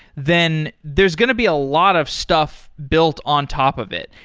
then there's going to be a lot of stuff built on top of it.